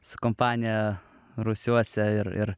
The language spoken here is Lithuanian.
su kompanija rūsiuose ir ir